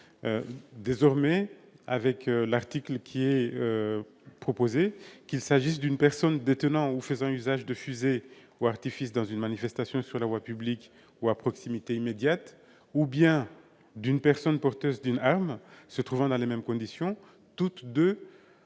Désormais, si l'article 5 est adopté, une personne détenant ou faisant usage de fusées ou artifices dans une manifestation sur la voie publique ou à proximité immédiate ou une personne porteuse d'une arme se trouvant dans les mêmes conditions seront toutes deux